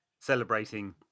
celebrating